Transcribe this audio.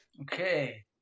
Okay